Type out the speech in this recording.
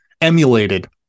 emulated